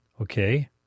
Okay